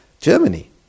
Germany